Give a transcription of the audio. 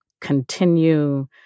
continue